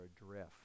adrift